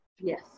Yes